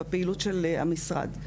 בפעילות של המשרד.